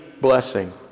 blessing